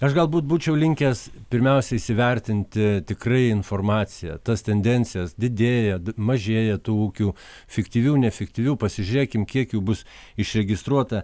aš galbūt būčiau linkęs pirmiausia įsivertinti tikrai informaciją tas tendencijas didėja mažėja tų ūkių fiktyvių nefiktyvių pasižiūrėkim kiek jų bus išregistruota